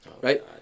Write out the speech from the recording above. Right